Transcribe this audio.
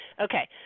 Okay